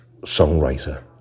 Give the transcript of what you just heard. songwriter